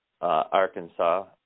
Arkansas